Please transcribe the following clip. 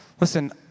Listen